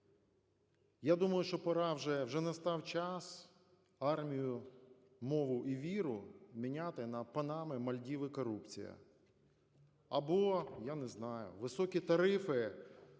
Я думаю, що пора вже. Вже настав час "Армію, мову і віру" – міняти на "панами, мальдіви, корупція". Або я не знаю, "високі тарифи,